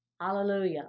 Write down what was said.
Hallelujah